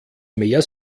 mehr